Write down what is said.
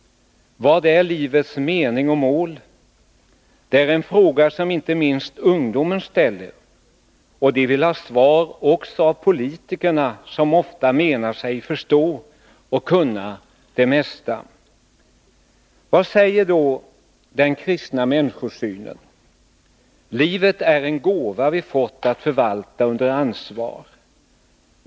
Vad är livets mening och mål? Det är en fråga som inte minst ungdomarna ställer, och de vill ha svar också av politikerna, som ofta menar sig förstå och kunna det mesta. Vad säger då den kristna människosynen? Livet är en gåva vi fått att förvalta under ansvar.